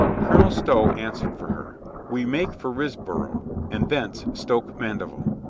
colonel stow answered for her we make for risborough, and thence stoke mandeville.